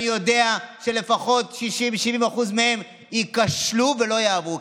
אני יודע שלפחות 60% 70% מהם ייכשלו ולא יעברו,